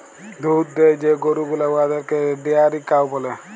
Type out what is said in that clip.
দুহুদ দেয় যে গরু গুলা উয়াদেরকে ডেয়ারি কাউ ব্যলে